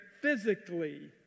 physically